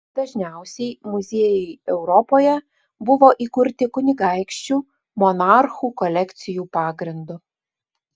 dažniausiai muziejai europoje buvo įkurti kunigaikščių monarchų kolekcijų pagrindu